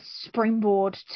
springboard